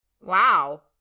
wow